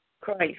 Christ